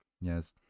yes